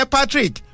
Patrick